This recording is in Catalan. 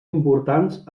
importants